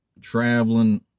traveling